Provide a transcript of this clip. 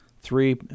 three